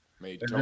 made